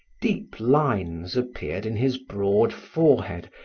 deep lines appeared in his broad forehead,